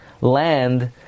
land